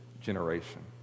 generation